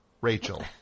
Rachel